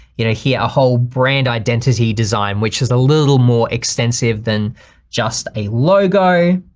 you know here a whole brand identity design, which has a little more extensive than just a logo.